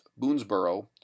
Boonesboro